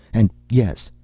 and, yes,